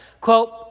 Quote